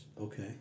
Okay